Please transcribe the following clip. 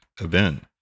event